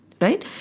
right